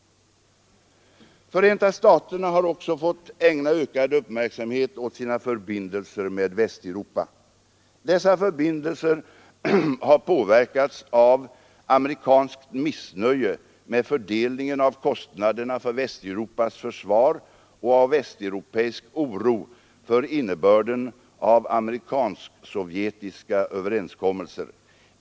Förenta staterna har också fått ägna ökad uppmärksamhet åt sina förbindelser med Västeuropa. Dessa förbindelser har påverkats av amerikanskt missnöje med fördelningen av kostnaderna för Västeuropas försvar och av västeuropeisk oro för innebörden av amerikansk-sovjetiska överenskommelser.